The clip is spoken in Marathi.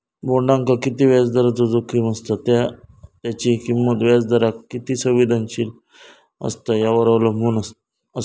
बॉण्डाक किती व्याजदराचो जोखीम असता त्या त्याची किंमत व्याजदराक किती संवेदनशील असता यावर अवलंबून असा